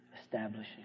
establishing